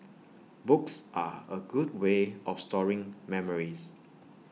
books are A good way of storing memories